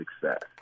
success